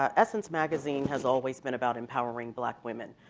um essence magazine has always been about empowering black women.